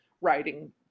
writing